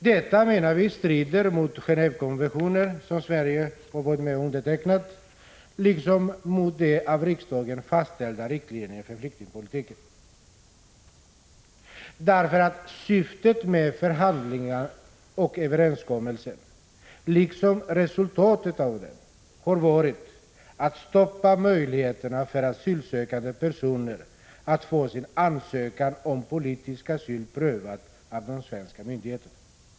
Detta, menar vi, strider mot Genéevekonventionen, som Sverige har undertecknat, liksom mot de av riksdagen fastställda riktlinjerna för flyktingpolitiken. Syftet med förhandlingar och överenskommelser, liksom resultatet av dessa, har varit att stoppa möjligheterna för asylsökande personer att få sin ansökan om politisk asyl prövad av de svenska myndigheterna.